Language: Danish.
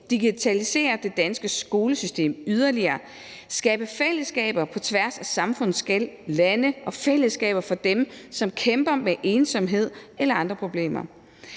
digitalisere det danske skolesystem yderligere, skabe fællesskaber på tværs af samfundsskel og lande og fællesskaber for dem, som kæmper med ensomhed eller andre problemer.